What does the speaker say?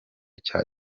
cye